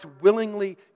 willingly